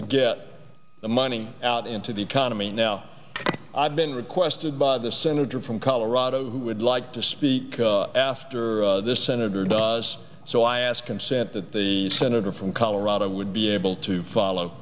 to get the money out into the economy now i've been requested by the senator from colorado who would like to speak after this senator does so i ask consent that the senator from colorado would be able to follow